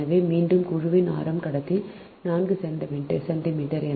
எனவே மீண்டும் குழுவின் ஆரம் கடத்தி 4 சென்டிமீட்டர்